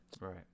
Right